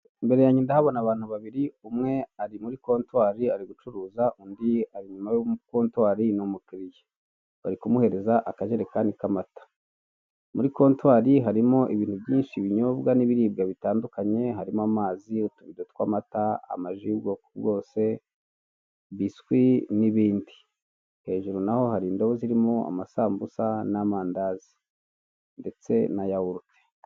Imbere yange ndahabona abantu babiri, umwe ari muri kontwari ari gucuruza, undi ari inyuma ya kontwari ni umukiririya. Bari kumuhereza akajerekani k'amata. Muri kontwari harimo ibintu byinshi, ibinyobwa n'ibiribwa bitandukanye, harimo amazi, utubido tw'amata, amaji y'ubwoko bwose, biswi n'ibindi. Hejuru na ho hari indobo zirimo amasambusa n'amandazi ndetse na yawurute.